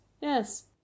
yes